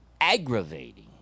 aggravating